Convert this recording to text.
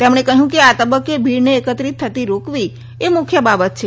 તેમણે કહ્યું કે આ તબક્રે ભીડને એકત્રિત થતી રોકવી એ મુખ્ય બાબત છે